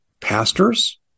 pastors